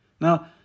Now